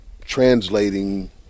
translating